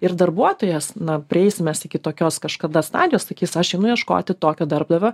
ir darbuotojas na prieisim mes iki tokios kažkada stadijos sakys aš einu ieškoti tokio darbdavio